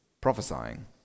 prophesying